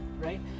right